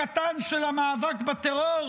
הקטן, של המאבק בטרור?